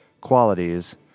qualities